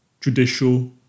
judicial